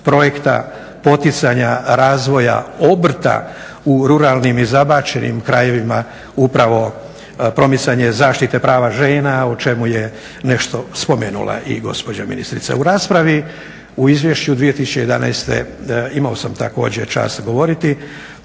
projekta poticanja razvoja obrta u ruralnim i zabačenim krajevima upravo promicanje zaštite prava žena o čemu je nešto spomenula i gospođa ministrica. U raspravi u izvješću 2011. imao sam također čast govoriti